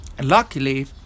luckily